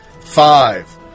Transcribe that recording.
Five